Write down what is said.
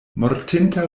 mortinta